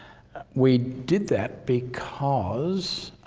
we did that because